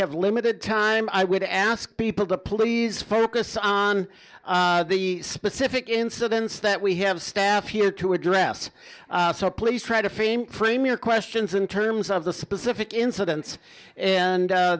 have limited time i would ask people to please focus on the specific incidents that we have staff here to address so please try to frame cramer questions in terms of the specific incidents and